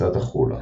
ביצת החולה